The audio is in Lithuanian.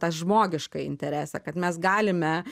tą žmogišką interesą kad mes galime